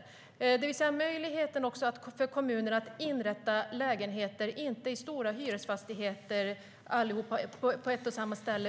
Det skulle ge kommunerna möjlighet att sprida ut lägenheterna i beståndet så att inte alla finns i stora hyresfastigheter på ett och samma ställe.